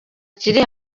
kiri